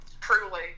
Truly